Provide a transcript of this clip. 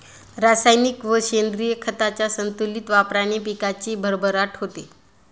रासायनिक व सेंद्रिय खतांच्या संतुलित वापराने पिकाची भरभराट होते